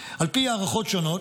על פי הערכות שונות,